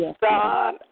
God